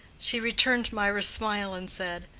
she returned mirah's smile and said,